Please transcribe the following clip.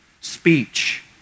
speech